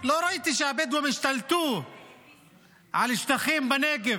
לא ראיתי שהבדואים השתלטו על שטחים בנגב.